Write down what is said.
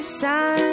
sun